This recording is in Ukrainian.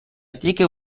тільки